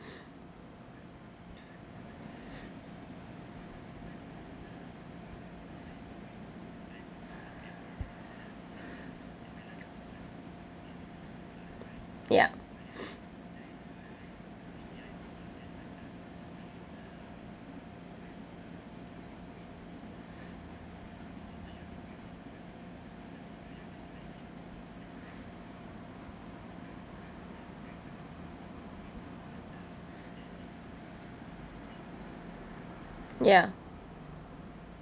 yup ya